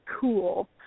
cool